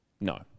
no